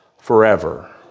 forever